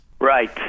Right